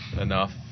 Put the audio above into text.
enough